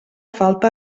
falta